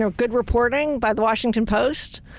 ah good reporting by the washington post.